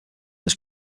was